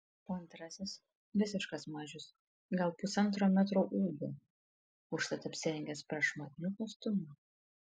o antrasis visiškas mažius gal pusantro metro ūgio užtat apsirengęs prašmatniu kostiumu